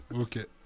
Ok